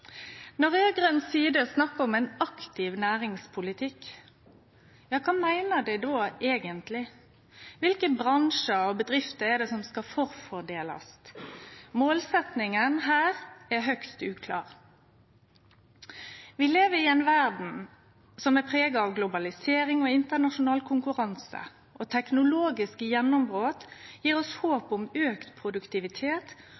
Når raud-grøn side snakkar om ein aktiv næringspolitikk, kva meiner dei då eigentleg? Kva for bransjar og bedrifter skal forfordelast? Målsetjinga her er høgst uklar. Vi lever i ei verd prega av globalisering og internasjonal konkurranse. Teknologiske gjennombrot gjev oss